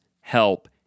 help